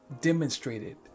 demonstrated